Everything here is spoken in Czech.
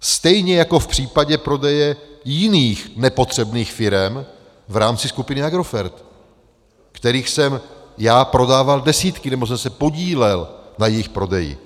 Stejně jako v případě prodeje jiných nepotřebných firem v rámci skupiny Agrofert, kterých jsem já prodával desítky, nebo jsem se podílel na jejich prodeji.